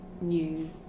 new